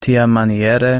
tiamaniere